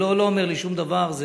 זה לא אומר לי שום דבר.